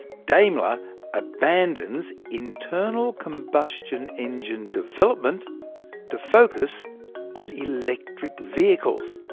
daimler abandons internal combustion engine development to focus on electric vehicles.